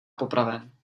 popraven